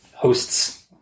Hosts